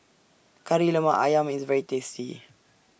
Kari Lemak Ayam IS very tasty